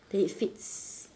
that it fits